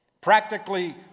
practically